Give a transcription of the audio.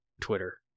Twitter